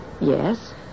Yes